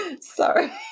sorry